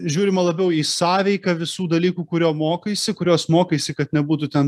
žiūrima labiau į sąveiką visų dalykų kurio mokaisi kurios mokaisi kad nebūtų ten